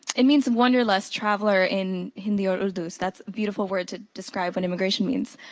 it means wanderlust traveler in hindi or urdu. that's a beautiful word to describe what immigration means.